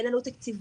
אין עלות תקציבית